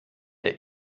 der